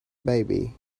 baby